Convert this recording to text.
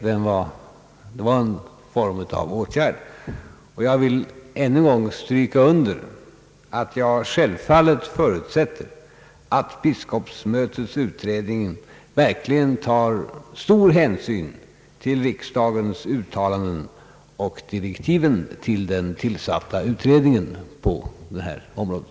Det var fråga om en form av åtgärd. Jag vill ännu en gång stryka under, att jag självfallet förutsätter att biskopsmötets utredning verkligen tar stor hänsyn till riksdagens uttalanden och direktiven till den tillsatta utredningen på detta område.